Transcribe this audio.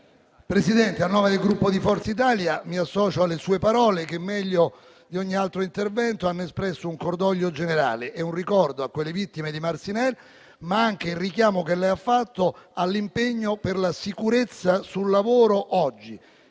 Presidente, a nome del Gruppo Forza Italia mi associo alle sue parole, che meglio di ogni altro intervento hanno espresso un cordoglio generale e un ricordo alle vittime di Marcinelle, ma anche al richiamo che lei ha fatto all'impegno per la sicurezza sul lavoro oggi,